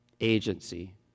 Agency